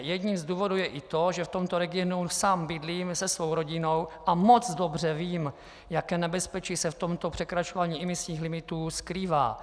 Jedním z důvodů je i to, že v tomto regionu sám bydlím se svou rodinou a moc dobře vím, jaké nebezpečí se v tomto překračování imisních limitů skrývá.